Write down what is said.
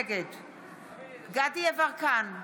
נגד דסטה גדי יברקן,